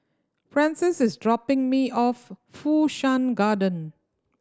Frances is dropping me off Fu Shan Garden